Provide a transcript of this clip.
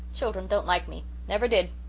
children don't like me never did.